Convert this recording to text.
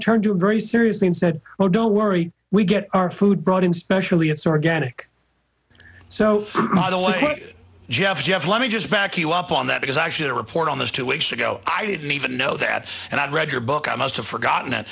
turned to a very seriously and said oh don't worry we get our food brought in specially it's organic so jeff jeff let me just back you up on that because actually the report on this two weeks ago i didn't even know that and i've read your book i must have forgotten